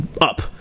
up